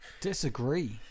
Disagree